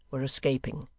were escaping.